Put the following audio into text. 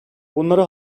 bunları